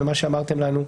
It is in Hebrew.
ממה שאמרתם לנו.